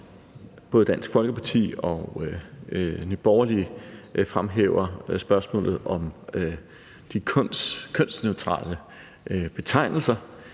Både Dansk Folkeparti og Nye Borgerlige fremhæver spørgsmålet om de kønsneutrale betegnelser.